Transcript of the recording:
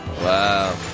Wow